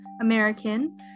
american